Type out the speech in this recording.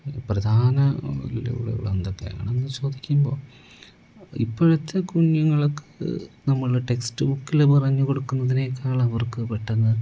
പ്രധാന ഒരു എന്തൊക്കെയാണെന്നു ചോദിക്കുമ്പോൾ ഇപ്പോഴത്തെ കുഞ്ഞുങ്ങൾക്ക് നമ്മൾ ടെക്സ്റ്റ് ബുക്കിൽ പറഞ്ഞു കൊടുക്കുന്നതിനേക്കാൾ അവർക്ക് പെട്ടെന്ന്